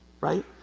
Right